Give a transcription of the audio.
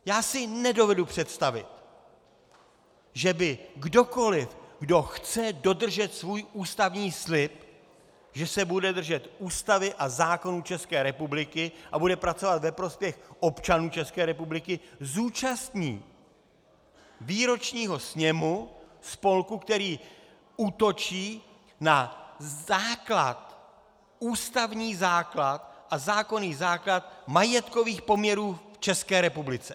Já si nedovedu představit, že se kdokoliv, kdo chce dodržet svůj ústavní slib, že se bude držet Ústavy a zákonů České republiky a bude pracovat ve prospěch občanů České republiky, zúčastní výročního sněmu spolku, který útočí na ústavní a zákonný základ majetkových poměrů v České republice!